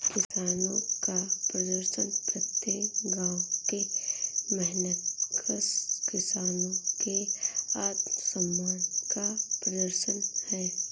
किसानों का प्रदर्शन प्रत्येक गांव के मेहनतकश किसानों के आत्मसम्मान का प्रदर्शन है